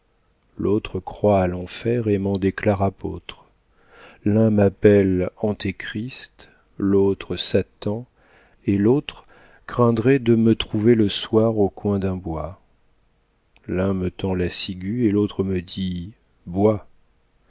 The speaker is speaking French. l'autre croit à l'enfer et m'en déclare apôtre l'un m'appelle antechrist l'autre satan et l'autre craindrait de me trouver le soir au coin d'un bois l'un me tend la ciguë et l'autre me dit bois